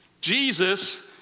Jesus